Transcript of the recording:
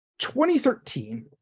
2013